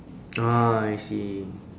orh I see